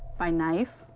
by knife,